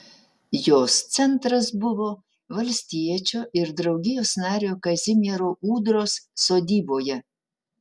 jos centras buvo valstiečio ir draugijos nario kazimiero ūdros sodyboje